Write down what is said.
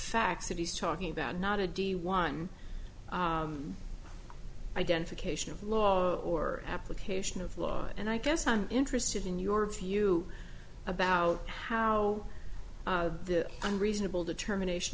facts that he's talking about not a de wine identification of law or application of law and i guess i'm interested in your view about how the unreasonable determination